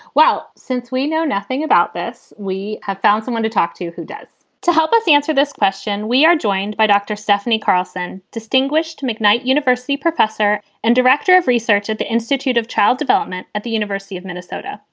well, since we know nothing about this, we have found someone to talk to who does to help us answer this question, we are joined by dr. stephanie carlson, distinguished mcknight university professor and director of research at the institute of child development at the university of minnesota.